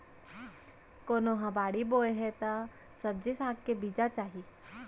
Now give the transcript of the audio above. कोनो ह बाड़ी बोए हे त सब्जी साग के बीजा चाही